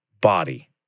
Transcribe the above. body